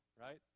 right